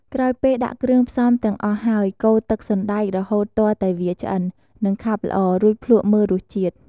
ក្រោយពេលដាក់គ្រឿងផ្សំទាំងអស់ហើយ កូរទឹកសណ្ដែករហូតទាល់តែវាឆ្អិន និងខាប់ល្អ រួចភ្លក់មើលរសជាតិ។